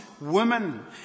women